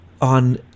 on